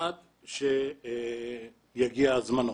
עד שיגיע זמנו.